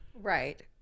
Right